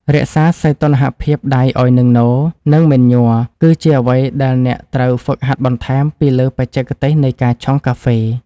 រក្សាសុីតុណ្ហភាពដៃឱ្យនឹងនរ និងមិនញ័រ គឺជាអ្វីដែលអ្នកត្រូវហ្វឹកហាត់បន្ថែមពីលើបច្ចេកទេសនៃការឆុងកាហ្វេ។